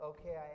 Okay